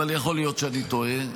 אבל יכול להיות שאני טועה,